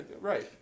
Right